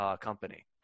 company